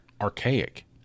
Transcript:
archaic